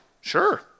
sure